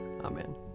Amen